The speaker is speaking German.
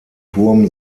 turm